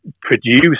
produce